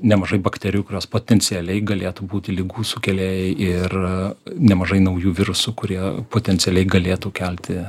nemažai bakterijų kurios potencialiai galėtų būti ligų sukėlėjai ir nemažai naujų virusų kurie potencialiai galėtų kelti